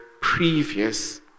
previous